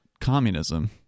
communism